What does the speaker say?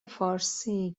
فارسی